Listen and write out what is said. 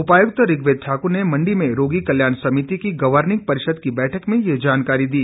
उपायुक्त ऋग्वेद ठाकुर ने मंडी में रोगी कल्याण समिति की गवर्निंग परिषद की बैठक में ये जानकारी दी